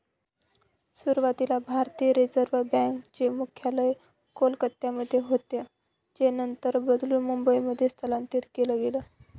सुरुवातीला भारतीय reserve bank चे मुख्यालय कोलकत्यामध्ये होतं जे नंतर बदलून मुंबईमध्ये स्थलांतरीत केलं गेलं